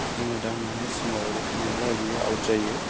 जोङो दांनानै सिमा बारबोफिनोब्ला बियो आउट जायो